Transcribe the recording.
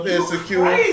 Insecure